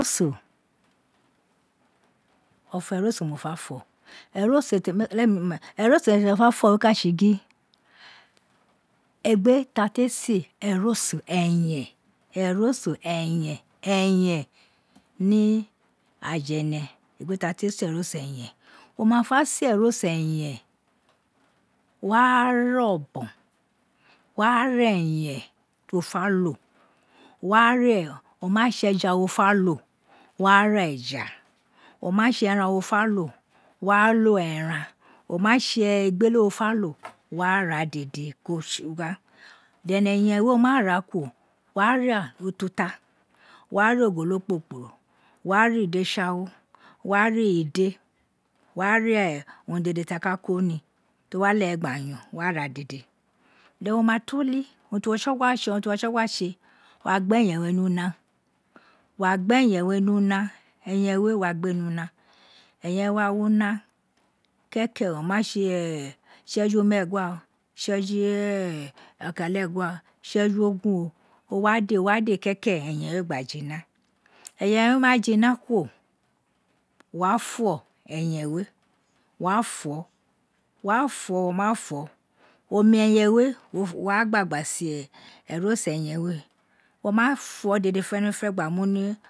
Eroso ọfọ erọso ma fa fọ, ẹroso ẹroso ẹyẹn mo fa fọ ka tse gin egbe ta te se ẹroso ẹyẹn, eyan ni aja, ene egbe ta te se eroso eyẹn, wo ma fa se eroso ẹyen, wo wa re ọbọn wo wa ra ẹyẹn to fẹ ló wó ra o ma tse eja wo fa lo wó wá ra éjá o. a ase ẹran wó fė lo, wò wá lo ẹran o ma tse egbele wo fa lo wó wà ra dede ko tsi wa then eyàn we wo ma ra kuru, wo wa ra ututa, wo wa ra ogelo kporokporo, wó wá rá ide tsoighoro wó wá rá idu wó wá rá unu dede ti a ka ko ni, to wa leghẹ gba yọn wo wa ra dede, then wo ma to li urun ti ọtsọgba tse, wo wa gbe ẹyẹn we ni una, wo wa gbe yan wé ni una, ẹyẹn wé wa gbe ni una eyẹn we wa wi una kẹkẹ, o ma tse itseju meẹgha o utseju okanlegha o, tseju ogun o, wo wa de keke ẹyẹn we gba jina eyan we ma jina kuro, wo wa fọ ẹyen we wó wa fo, wó. a fa omi eywn we wo wá gba gba se eroso ẹyẹn we wo ma fọ dede fẹnẹfẹnẹ gba mu ni